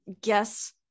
guess